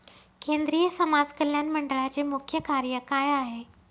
केंद्रिय समाज कल्याण मंडळाचे मुख्य कार्य काय आहे?